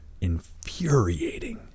infuriating